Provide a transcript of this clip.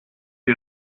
you